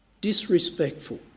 disrespectful